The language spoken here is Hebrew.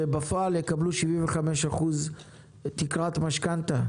שבפועל יקבלו 75% תקרת משכנתה.